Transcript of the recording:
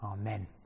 Amen